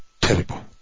terrible